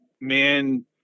man